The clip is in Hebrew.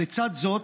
לצד זאת,